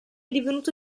divenuto